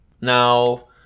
Now